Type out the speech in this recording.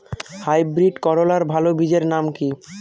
Hybrid করলার ভালো বীজের নাম কি?